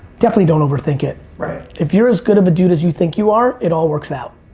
definitely don't overthink it. if you're as good of a dude as you think you are, it all works out.